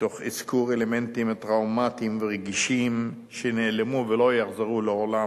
תוך אזכור אלמנטים טראומטיים ורגשיים שנעלמו ולא יחזרו לעולם.